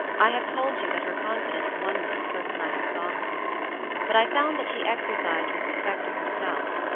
i have told you that her confidence won me the first night i saw her but i found that she exercised with respect to herself,